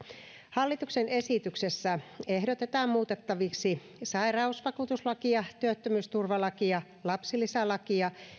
hallituksen esityksessä ehdotetaan muutettaviksi sairausvakuutuslakia työttömyysturvalakia lapsilisälakia